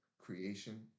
creation